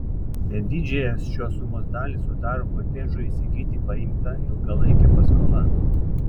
bet didžiąją šios sumos dalį sudaro kotedžui įsigyti paimta ilgalaikė paskola